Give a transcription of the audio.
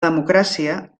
democràcia